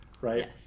right